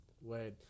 Wait